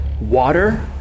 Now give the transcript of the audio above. water